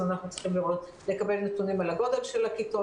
אז אנחנו צריכים לקבל נתונים על הגודל של הכיתות